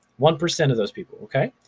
one percent of those people, okay.